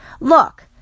Look